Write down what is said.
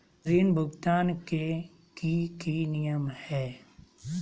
ऋण भुगतान के की की नियम है?